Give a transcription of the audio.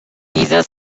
caesar